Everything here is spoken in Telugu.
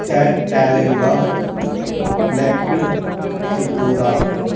స్టాట్ ట్యాలెన్ర్ఫ్ బ్లెక్డ్ త్రిపరా